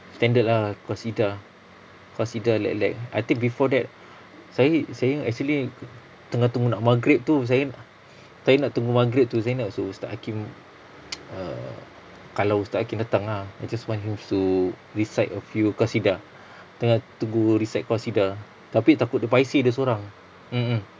standard lah qasidah-qasidah relax relax I think before that saya saya actually tengah tunggu nak maghrib tu saya na~ saya nak tunggu maghrib tu saya nak suruh ustaz hakeem err kalau ustaz hakeem datang ah I just want him to recite a few qasidah tengah tunggu recite qasidah tapi takut dia paiseh dia sorang mm mm